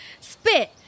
spit